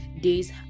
days